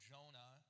Jonah